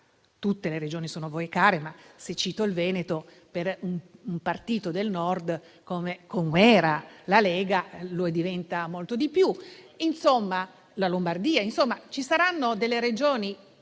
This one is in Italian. Tutte le Regioni sono a voi care, ma, se cito il Veneto, per un partito del Nord come era la Lega lo diventa molto di più (oppure la Lombardia). Insomma, ci saranno delle Regioni